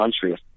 country